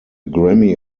grammy